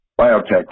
biotech